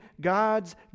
God's